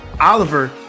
Oliver